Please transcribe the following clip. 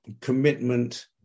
commitment